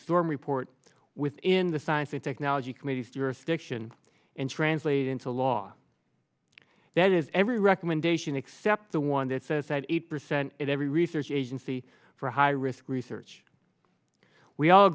storm report within the science and technology committee's jurisdiction and translated into law that is every recommendation except the one that says that eighty percent of every research agency for high risk